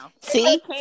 See